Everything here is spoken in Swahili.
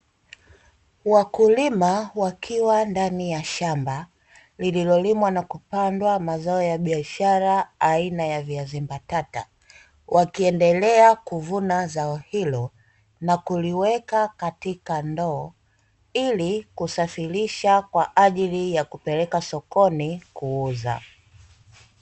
Wakulima wakiwa ndani ya shamba lililolimwa na kupandwa mazao ya biashara aina ya viazi mbatata, wakiendelea kuvuna zao hilo na kuliweka katika ndoo, ili kusafirisha kwa ajili ya kupeleka sokoni kuuza.